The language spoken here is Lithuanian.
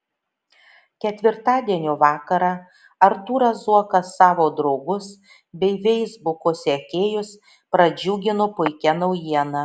ketvirtadienio vakarą artūras zuokas savo draugus bei feisbuko sekėjus pradžiugino puikia naujiena